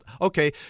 okay